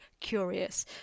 curious